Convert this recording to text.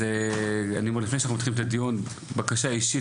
אז לפני שאתחיל את הדיון אני מבקש בקשה אישית,